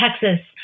Texas